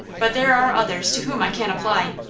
but there are others to whom i can apply.